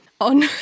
on